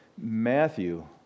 Matthew